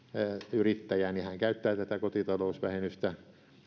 yrittäjä käyttää tätä kotitalousvähennystä